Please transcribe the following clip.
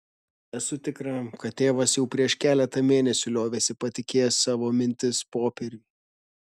esu tikra kad tėvas jau prieš keletą mėnesių liovėsi patikėjęs savo mintis popieriui